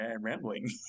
rambling